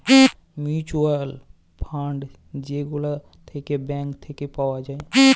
mutual fund যে গুলা থাক্যে ব্যাঙ্ক থাক্যে পাওয়া যায়